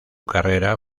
carrera